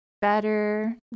better